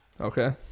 Okay